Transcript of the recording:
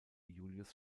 julius